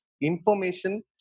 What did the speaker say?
Information